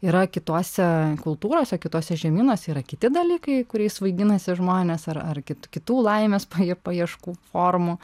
yra kitose kultūrose kituose žemynuose yra kiti dalykai kuriais svaiginasi žmonės ar ar kit kitų laimės pa paieškų formų